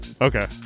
Okay